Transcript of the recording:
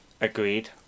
Agreed